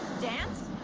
dance?